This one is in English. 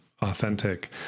authentic